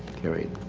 carried.